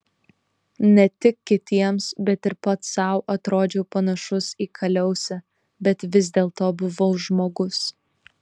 ne tik kitiems bet ir pats sau atrodžiau panašus į kaliausę bet vis dėlto buvau žmogus